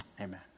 Amen